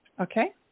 Okay